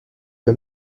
que